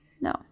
No